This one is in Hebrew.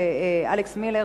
אלכס מילר